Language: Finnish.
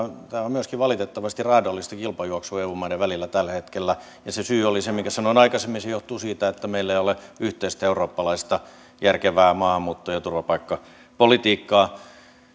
myöskin valitettavasti raadollista kilpajuoksua eu maiden välillä tällä hetkellä ja se syy oli se minkä sanoin aikaisemmin se johtuu siitä että meillä ei ole yhteistä eurooppalaista järkevää maahanmuutto ja turvapaikkapolitiikkaa